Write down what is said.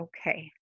okay